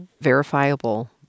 verifiable